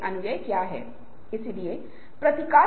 यह एक साधारण डायरी भी करेगा